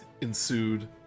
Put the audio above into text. ensued